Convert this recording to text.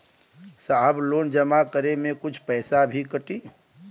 साहब लोन जमा करें में कुछ पैसा भी कटी?